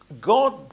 god